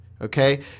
Okay